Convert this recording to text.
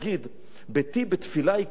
ביתי בית תפילה ייקרא לכל העמים.